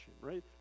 right